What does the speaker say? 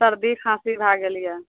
सर्दी खाँसी भए गेल यऽ